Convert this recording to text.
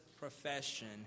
profession